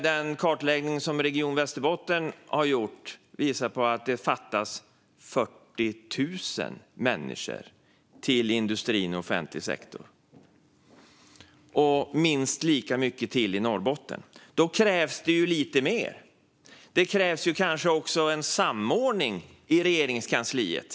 Den kartläggning som Region Västerbotten har gjort visar att det fattas 40 000 människor till industrin och offentlig sektor, och det fattas minst lika många till i Norrbotten. Då krävs det ju lite mer. Det krävs kanske också en samordning i Regeringskansliet.